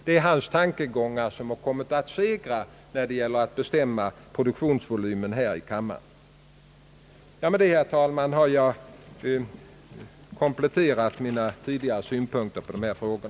Det är hans tankegångar som har kommit att segra här när det gällt att i den gemensamma borgerliga reservationen bestämma produktionsvolymen. Med detta, herr talman, har jag kompletterat mina tidigare synpunkter i dessa frågor.